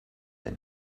ein